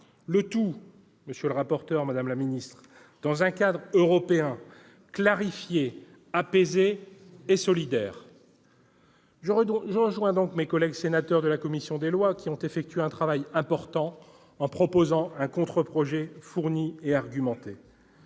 le tout, monsieur le rapporteur, madame la ministre, dans un cadre européen clarifié, apaisé et solidaire. Je rejoins donc mes collègues de la commission des lois qui ont effectué un travail important en proposant un contre-projet fourni et argumenté.